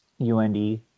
UND